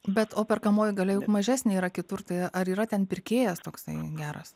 bet o perkamoji galia juk mažesnė yra kitur tai ar yra ten pirkėjas toksai geras